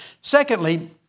Secondly